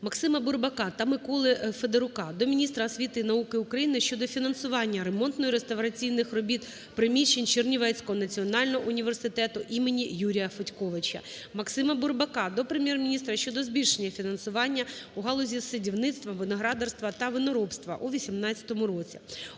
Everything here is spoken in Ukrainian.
МаксимаБурбака та Миколи Федорука до міністра освіти і науки України щодо фінансування ремонтно-реставраційних робіт приміщень Чернівецького національного університету імені Юрія Федьковича. МаксимаБурбака до Прем'єр-міністра щодо збільшення фінансування у галузі садівництва, виноградарства та виноробства у 2018 році.